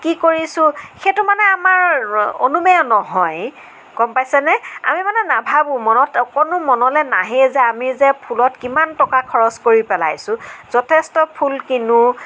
কি কৰিছোঁ সেইটো মানে আমাৰ অনুমেয় নহয় গম পাইছেনে আমি মানে নাভাবোঁ মনত অকণো মনলে নাহেই যে আমি যে ফুলত কিমান টকা খৰচ কৰি পেলাইছোঁ যথেষ্ট ফুল কিনো